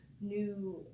new